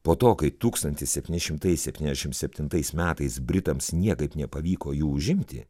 po to kai tūkstantis septyni šimtai septyniasdešimt septintais metais britams niekaip nepavyko jų užimti